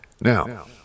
Now